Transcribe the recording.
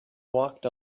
walked